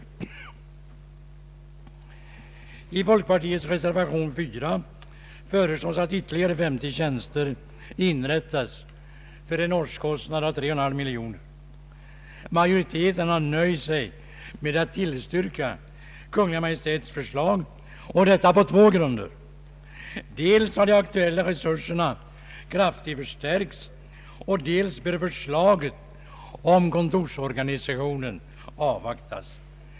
I folkpartiets reservation 4 föreslås att ytterligare 50 tjänster inrättas för en årskostnad av cirka 3,> miljoner kronor. Majoriteten har nöjt sig med att tillstyrka Kungl. Maj:ts förslag och detta på två grunder: dels har de aktuella resurserna kraftigt förstärkts, dels bör förslaget om kontorsorganisationen avvaktas.